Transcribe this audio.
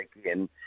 again